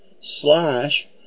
slash